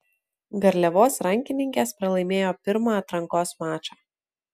garliavos rankininkės pralaimėjo pirmą atrankos mačą